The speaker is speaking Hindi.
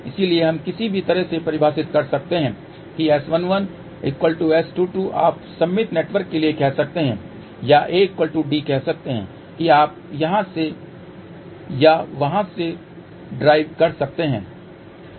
इसलिए हम किसी भी तरह से परिभाषित कर सकते हैं कि S11S22 आप सममित नेटवर्क के लिए कह सकते हैं या AD कह सकते हैं कि आप यहां से या वहां से ड्राइव कर सकते हैं